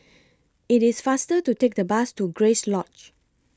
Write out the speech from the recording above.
IT IS faster to Take The Bus to Grace Lodge